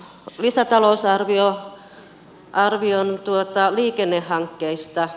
myös näistä lisätalousarvion liikennehankkeista